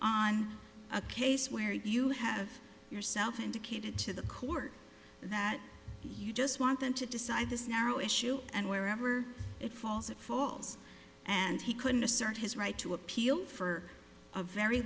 on a case where you have yourself indicated to the court that you just want them to decide this narrow issue and wherever it falls it falls and he couldn't assert his right to appeal for a very